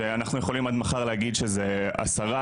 שאנחנו יכולים עד מחר להגיד שזה 10,